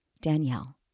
Danielle